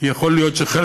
כי יכול להיות שחלק